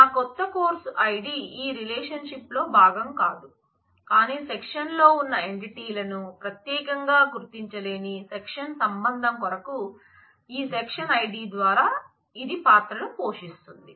నా కొత్త course ID ఈ రిలేషన్షిప్ లో భాగం కాదు కానీ సెక్షన్ లో ఉన్న ఎంటిటీలను ప్రత్యేకంగా గుర్తించలేని సెక్షన్ సంబంధం కొరకు ఈ సెక్షన్ ఐడి ద్వారా ఇది పాత్రను పోషిస్తుంది